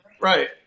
right